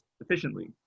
efficiently